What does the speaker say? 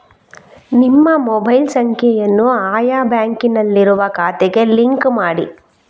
ನಿಮ್ಮ ಮೊಬೈಲ್ ಸಂಖ್ಯೆಯನ್ನು ಆಯಾ ಬ್ಯಾಂಕಿನಲ್ಲಿರುವ ಖಾತೆಗೆ ಲಿಂಕ್ ಮಾಡಿ